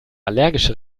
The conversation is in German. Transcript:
allergische